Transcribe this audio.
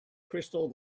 crystal